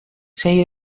sei